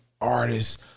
artists